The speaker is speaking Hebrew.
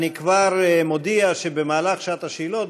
אני כבר מודיע שבמהלך שעת השאלות,